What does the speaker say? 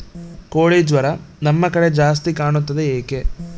ಕೋಳಿ ಜ್ವರ ನಮ್ಮ ಕಡೆ ಜಾಸ್ತಿ ಕಾಣುತ್ತದೆ ಏಕೆ?